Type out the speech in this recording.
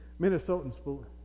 Minnesotans